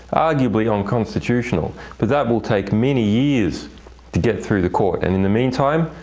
arguably, unconstitutional. but that will take many years to get through the court. and in the meantime,